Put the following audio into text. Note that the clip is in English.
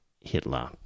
Hitler